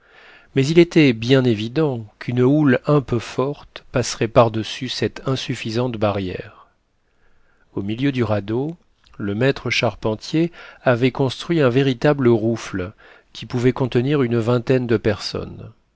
mais il était bien évident qu'une houle un peu forte passerait par-dessus cette insuffisante barrière au milieu du radeau le maître charpentier avait construit un véritable rouffle qui pouvait contenir une vingtaine de personnes